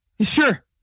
Sure